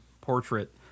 portrait